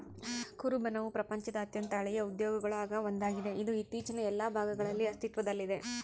ಕುರುಬನವು ಪ್ರಪಂಚದ ಅತ್ಯಂತ ಹಳೆಯ ಉದ್ಯೋಗಗುಳಾಗ ಒಂದಾಗಿದೆ, ಇದು ಜಗತ್ತಿನ ಎಲ್ಲಾ ಭಾಗಗಳಲ್ಲಿ ಅಸ್ತಿತ್ವದಲ್ಲಿದೆ